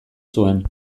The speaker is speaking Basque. zuen